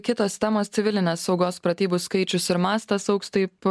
kitos temos civilinės saugos pratybų skaičius ir mastas augs taip